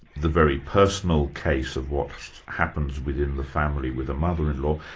the very personal case of what happens within the family with a mother-in-law,